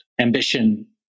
ambition